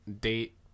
date